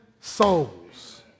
souls